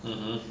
(uh huh)